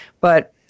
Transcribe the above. but-